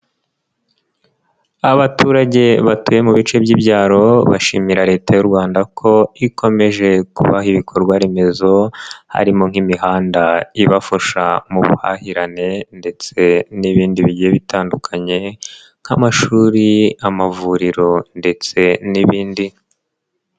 Abaturage batuye mu bice by'ibyaro bashimira Leta y'u Rwanda ko ikomeje kubaha ibikorwa remezo, harimo nk'imihanda ibafasha mu buhahirane ndetse n'ibindi bigiye bitandukanye nk'amashuri, amavuriro ndetse n'ibindi.